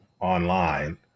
online